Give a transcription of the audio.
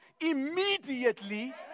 immediately